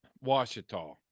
Washita